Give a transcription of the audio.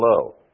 low